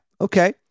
Okay